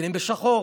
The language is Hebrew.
מתחילים בשחור,